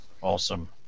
Awesome